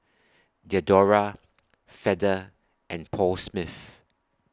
Diadora Feather and Paul Smith